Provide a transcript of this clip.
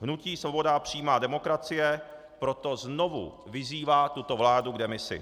Hnutí Svoboda a přímá demokracie proto znovu vyzývá tuto vládu k demisi.